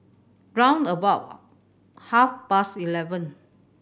round about half past eleven